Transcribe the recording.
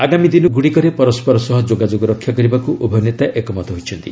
ଆଗାମୀ ଦିନଗୁଡ଼ିକରେ ପରସ୍କର ସହ ଯୋଗାଯୋଗ ରକ୍ଷା କରିବାକୁ ଉଭୟ ନେତା ଏକମତ ହୋଇଛନ୍ତି